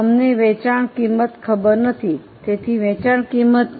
અમને વેચાણ કિંમત ખબર નથી તેથી વેચાણ કિંમતની ગણતરી કરવી પડશે